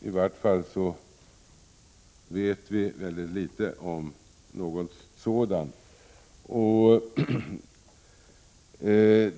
I varje fall vet vi mycket litet om detta.